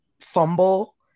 fumble